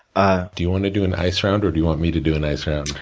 ah do you wanna do an ice round, or do you want me to do an ice round?